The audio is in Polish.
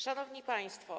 Szanowni Państwo!